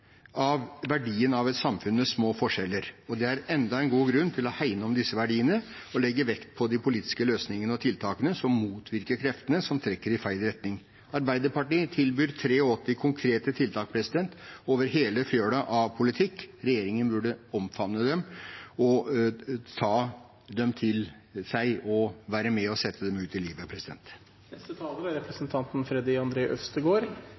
av verdien av et samfunn med små forskjeller. Det er enda en god grunn til å hegne om disse verdiene og legge vekt på de politiske løsningene og tiltakene som motvirker kreftene som trekker i feil retning. Arbeiderpartiet tilbyr 83 konkrete tiltak over hele fjøla av politikk. Regjeringen burde omfavne dem, ta dem til seg og være med på å sette dem ut i livet.